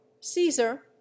caesar